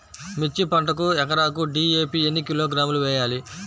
మిర్చి పంటకు ఎకరాకు డీ.ఏ.పీ ఎన్ని కిలోగ్రాములు వేయాలి?